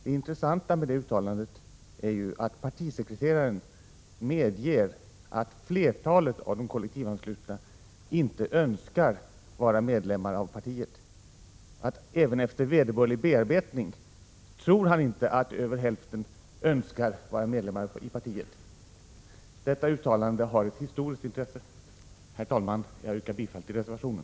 Det intressanta med detta uttalande är ju att partisekreteraren medger att flertalet av de kollektivanslutna inte önskar vara medlemmar av partiet. Han tror att inte ens hälften av de anslutna trots vederbörlig bearbetning önskar vara medlemmar i partiet. Detta uttalande har ett historiskt intresse. Herr talman! Jag yrkar bifall till reservationen.